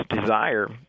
desire